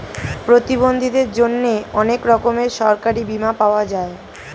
প্রতিবন্ধীদের জন্যে অনেক রকমের সরকারি বীমা পাওয়া যায়